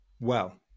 Well-